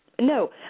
No